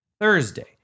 Thursday